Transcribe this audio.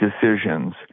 decisions